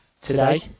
today